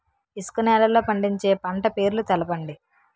ఇసుక నేలల్లో పండించే పంట పేర్లు తెలపండి?